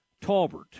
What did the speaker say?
Talbert